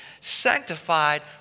sanctified